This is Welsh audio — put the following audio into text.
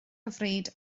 hyfryd